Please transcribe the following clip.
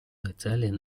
italian